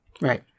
right